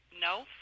no